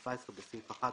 התשע"ט,